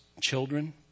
children